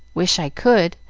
wish i could!